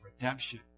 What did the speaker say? redemption